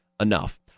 enough